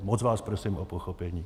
Moc vás prosím o pochopení.